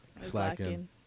Slacking